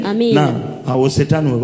Amen